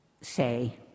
say